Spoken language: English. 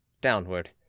downward